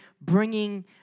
bringing